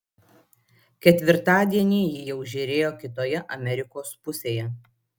ketvirtadienį ji jau žėrėjo kitoje amerikos pusėje